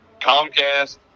Comcast